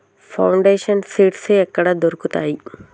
Foundation seeds ఎక్కడ దొరుకుతాయి?